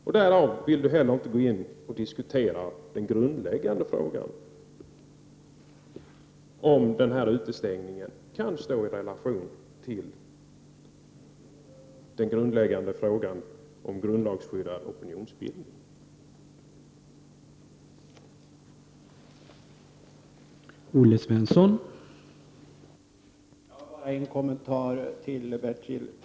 Olle Svensson vill heller inte diskutera den grundläggande frågan om utestängningen och den grundlagsskyddade opinionsbildningen.